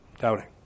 doubting